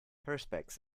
perspex